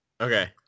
Okay